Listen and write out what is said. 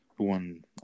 One